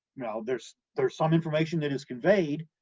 know, there's, there's some information that is conveyed,